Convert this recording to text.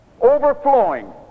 overflowing